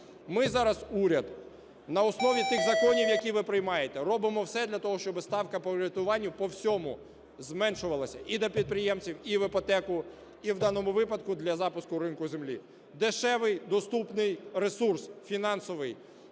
Ми зараз, уряд, на основі тих законів, які ви приймаєте, робимо все для того, щоб ставка по кредитуванню по всьому зменшувалась і для підприємців, і в іпотеку, і в даному випадку для запуску ринку землі. Дешевий, доступний ресурс фінансовий